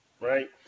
Right